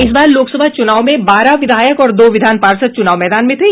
इस बार लोकसभा चुनाव में बारह विधायक और दो विधान पार्षद चुनाव मैदान में थे